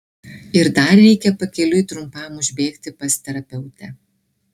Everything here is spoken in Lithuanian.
ir dar reikia pakeliui trumpam užbėgti pas terapeutę